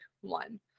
one